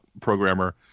programmer